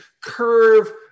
curve